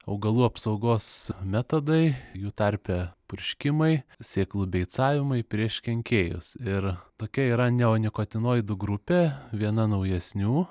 augalų apsaugos metodai jų tarpe purškimai sėklų beicavimui prieš kenkėjus ir tokia yra neonikotinoidų grupė viena naujesnių